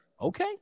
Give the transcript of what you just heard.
Okay